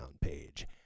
page